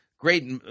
great